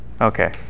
Okay